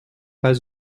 pas